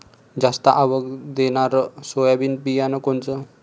जास्त आवक देणनरं सोयाबीन बियानं कोनचं?